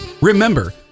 Remember